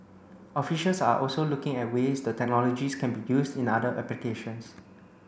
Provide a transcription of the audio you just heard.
officials are also looking at ways the technologies can be used in other applications